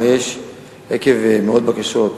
עקב מאות בקשות עיכוב,